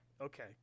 Okay